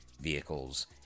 vehicles